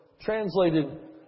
translated